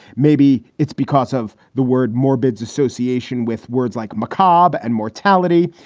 maybe it's because of the word morbid association with words like mcjob and mortality.